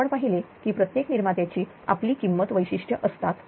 आपण पाहिले आहे की प्रत्येक निर्मात्याची आपली किंमत वैशिष्ट्य असतात